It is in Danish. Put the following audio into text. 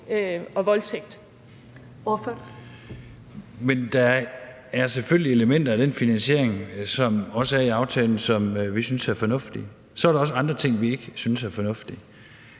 Der er selvfølgelig elementer af den finansiering, som også er i aftalen, som vi synes er fornuftige. Så er der også andre ting, som vi ikke synes er fornuftige.